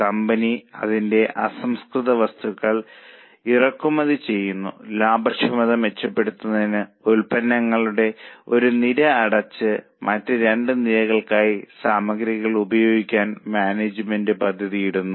company അതിന്റെ അസംസ്കൃത വസ്തുക്കൾ ഇറക്കുമതി ചെയ്യുന്നു ലാഭക്ഷമത മെച്ചപ്പെടുത്തുന്നതിന് ഉൽപ്പന്നങ്ങളുടെ ഒരു നിര അടച്ച് മറ്റ് രണ്ട് നിരകൾക്കായി സാമഗ്രികൾ ഉപയോഗിക്കാൻ മാനേജ്മെന്റ് പദ്ധതിയിടുന്നു